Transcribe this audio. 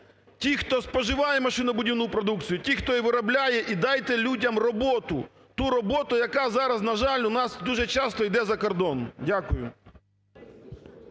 тих, хто споживає машинобудівну продукцію, тих, хто її виробляє – і дайте людям роботу, ту роботу, яка зараз, на жаль, у нас дуже часто йде за кордон. Дякую.